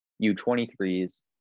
U23s